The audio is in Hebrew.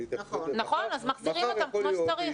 נכון, אז מחזירים אותם כמו שצריך.